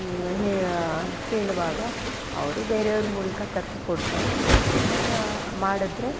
ಹೇ ಕೇಳುವಾಗ ಅವರು ಬೇರೆಯವ್ರ ಮೂಲಕ ತರ್ಸಿಕೊಡ್ತಾರೆ ಆಗ ಮಾಡಿದ್ರೆ